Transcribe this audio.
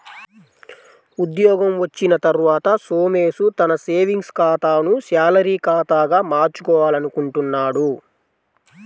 ఉద్యోగం వచ్చిన తర్వాత సోమేష్ తన సేవింగ్స్ ఖాతాను శాలరీ ఖాతాగా మార్చుకోవాలనుకుంటున్నాడు